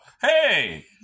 hey